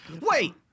wait